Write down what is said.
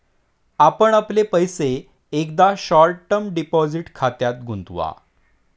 आपण आपले पैसे एकदा शॉर्ट टर्म डिपॉझिट खात्यात गुंतवा